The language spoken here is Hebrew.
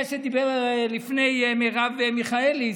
זה שדיבר לפני מרב מיכאלי,